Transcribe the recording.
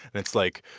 and it's like,